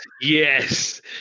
yes